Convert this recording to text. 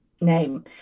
name